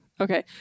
Okay